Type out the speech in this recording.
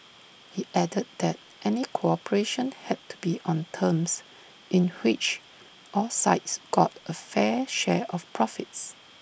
he added that any cooperation had to be on terms in which all sides got A fair share of profits